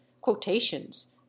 quotations